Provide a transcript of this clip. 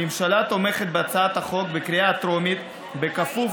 הממשלה תומכת בהצעת החוק בקריאה הטרומית בכפוף